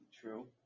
True